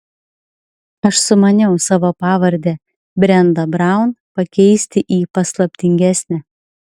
aš sumaniau savo pavardę brenda braun pakeisti į paslaptingesnę